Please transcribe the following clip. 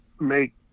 make